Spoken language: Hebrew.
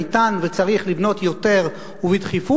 ניתן וצריך לבנות יותר ובדחיפות,